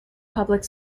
public